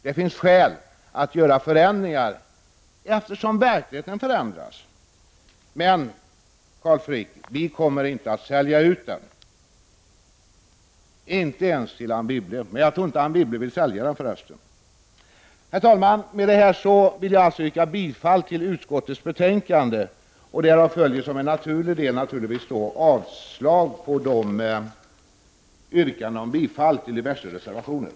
Det finns skäl att göra förändringar, eftersom verkligheten förändras. Vi kommer alltså inte att sälja ut den, Carl Frick, inte ens till Anne Wibble — men jag tror inte att hon vill köpa den. Med det här vill jag yrka bifall till utskottets hemställan, och därav följer avslagsyrkande på reservationerna.